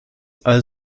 all